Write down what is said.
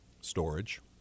storage